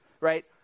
right